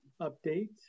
update